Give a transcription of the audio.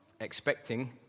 expecting